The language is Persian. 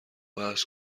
بحث